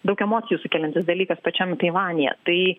daug emocijų sukeliantis dalykas pačiam taivanyje tai